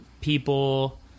people